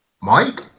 Mike